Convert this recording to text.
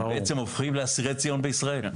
הם הופכים לאסירי ציון בישראל.